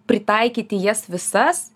pritaikyti jas visas